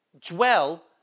dwell